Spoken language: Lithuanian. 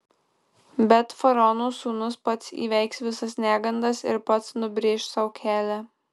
bet faraono sūnus pats įveiks visas negandas ir pats nubrėš sau kelią